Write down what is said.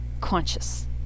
conscious